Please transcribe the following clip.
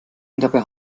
dabei